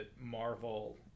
Marvel